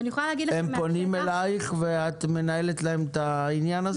הם פונים אליך ואת מנהלת להם את העניין הזה?